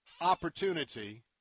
opportunity